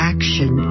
Action